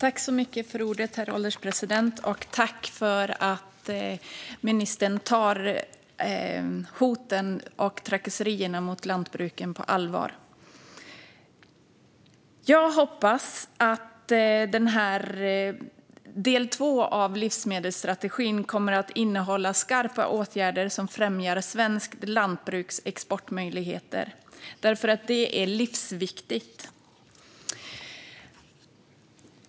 Herr ålderspresident! Tack för att ministern tar hoten och trakasserierna mot lantbruken på allvar! Jag hoppas att del 2 av livsmedelsstrategin kommer att innehålla skarpa åtgärder som främjar svenskt lantbruks exportmöjligheter. Det är livsviktigt.